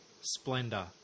Splendor